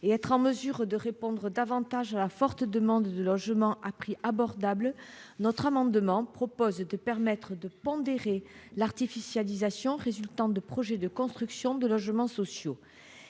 et être en mesure de répondre davantage à la forte demande de logements à prix abordable, cet amendement tend à pondérer l'artificialisation résultant de projets de construction de logements sociaux.